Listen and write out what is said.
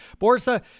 Borsa